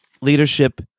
leadership